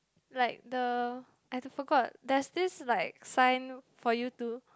like the I forget that's this like sign for you to